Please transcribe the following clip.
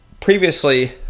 previously